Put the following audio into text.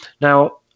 now